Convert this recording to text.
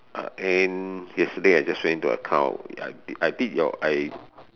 uh and yesterday I just went into account I I I did your I